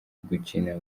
gukina